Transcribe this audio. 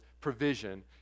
provision